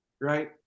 right